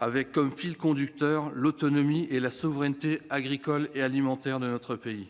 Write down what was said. avec comme fil conducteur l'autonomie et la souveraineté agricole et alimentaire de notre pays.